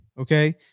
Okay